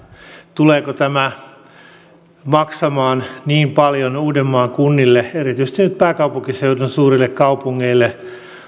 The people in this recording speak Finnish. tuleeko tämä maksamaan niin paljon osuuksien kasvuna uudenmaan kunnille erityisesti nyt pääkaupunkiseudun suurille kaupungeille